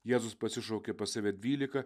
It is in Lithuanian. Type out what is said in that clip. jėzus pasišaukė pas save dvylika